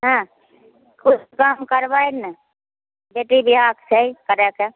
हँ किछु करबै ने बेटी विवाहके छै करैके